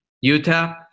Utah